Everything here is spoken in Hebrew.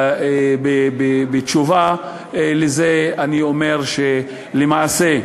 בתשובה על זה אני אומר שלמעשה,